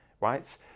right